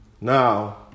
Now